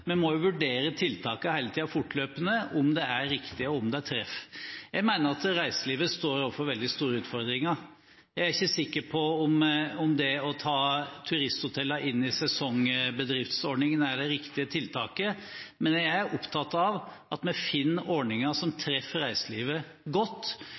reiselivet står overfor veldig store utfordringer. Jeg er ikke sikker på om det å ta turisthotellene inn i sesongbedriftsordningen er det riktige tiltaket, men jeg er opptatt av at vi finner ordninger som treffer reiselivet godt.